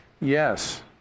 Yes